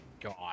God